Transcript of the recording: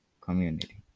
community